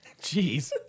Jeez